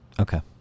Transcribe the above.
okay